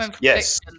Yes